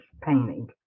painting